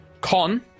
Con